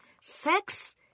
sex